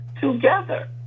together